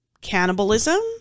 cannibalism